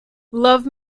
love